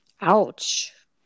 Ouch